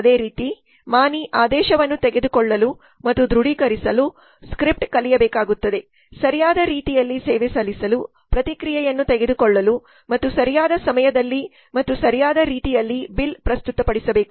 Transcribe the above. ಅದೇ ರೀತಿ ಮಾಣಿ ಆದೇಶವನ್ನು ತೆಗೆದುಕೊಳ್ಳಲು ಮತ್ತು ದೃಢೀಕರಿಸಲು ಸ್ಕ್ರಿಪ್ಟ್ ಕಲಿಯಬೇಕಾಗಿತ್ತದೆ ಸರಿಯಾದ ರೀತಿಯಲ್ಲಿ ಸೇವೆ ಸಲ್ಲಿಸಲು ಪ್ರತಿಕ್ರಿಯೆಯನ್ನು ತೆಗೆದುಕೊಳ್ಳಲು ಮತ್ತು ಸರಿಯಾದ ಸಮಯದಲ್ಲಿ ಮತ್ತು ಸರಿಯಾದ ರೀತಿಯಲ್ಲಿ ಬಿಲ್ಲ್ ಪ್ರಸ್ತುತಪಡಿಸಬೇಕು